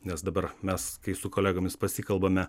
nes dabar mes kai su kolegomis pasikalbame